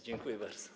Dziękuję bardzo.